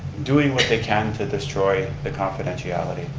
doing what they can to destroy the confidentiality.